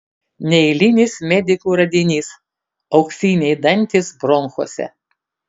neeilinis medikų radinys auksiniai dantys bronchuose